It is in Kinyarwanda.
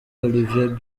olivier